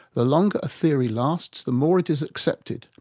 the longer a theory lasts, the more it is accepted,